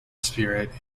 spirit